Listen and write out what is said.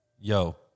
Yo